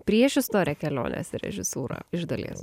priešistorę kelionės į režisūrą iš dalies